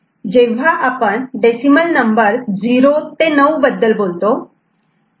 जेव्हा आपण decimal number 0 ते 9 बद्दल बोलतो